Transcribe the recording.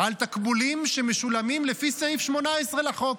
על תקבולים שמשולמים לפי סעיף 18 לחוק.